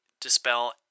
dispel